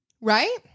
right